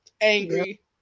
angry